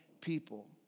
people